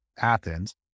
Athens